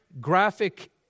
graphic